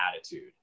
attitude